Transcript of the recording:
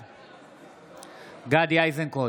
בעד גדי איזנקוט,